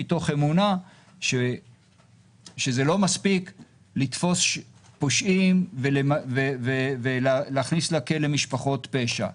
מתוך אמונה שזה לא מספיק לתפוס פושעים ולהכניס לכלא משפחות פשע,